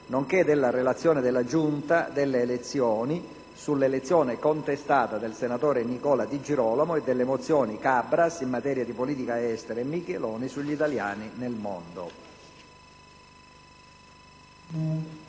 nonché della relazione della Giunta delle elezioni sull'elezione contestata del senatore Nicola Di Girolamo e delle mozioni Cabras in materia di politica estera e Micheloni sugli italiani nel mondo.